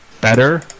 better